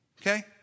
okay